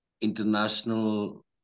international